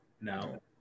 no